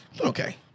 Okay